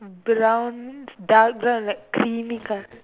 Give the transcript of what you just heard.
brown dark brown like creamy colour